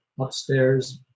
upstairs